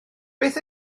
beth